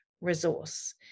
resource